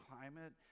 climate